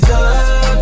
up